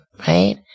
Right